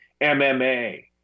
MMA